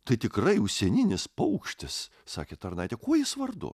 tai tikrai užsieninis paukštis sakė tarnaitė kuo jis vardu